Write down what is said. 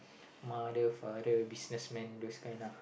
mother father businessman those kind lah